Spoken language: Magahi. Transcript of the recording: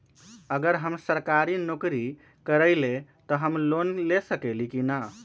अगर हम सरकारी नौकरी करईले त हम लोन ले सकेली की न?